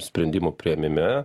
sprendimų priėmime